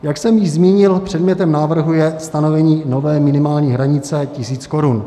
Jak jsem již zmínil, předmětem návrhu je stanovení nové minimální hranice tisíc korun.